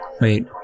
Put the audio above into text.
Wait